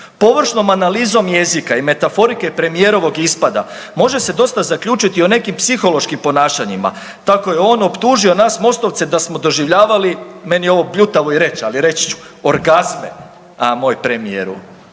Površnom analizom jezika i metaforike premijerovog ispada može se dosta zaključiti o nekim psihološkim ponašanjima. Tako je on optužio nas MOST-ovce da smo doživljavali, meni je ovo bljutavo i reć, ali reći ću, orgazme. A moj premijeru